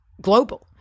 global